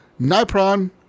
nipron